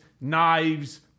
knives